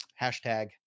hashtag